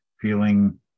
feeling